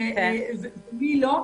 ומי לא,